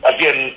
Again